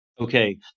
Okay